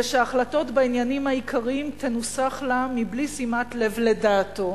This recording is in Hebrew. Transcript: ושההחלטות בעניינים העיקריים תנוסחנה מבלי שימת לב לדעתו,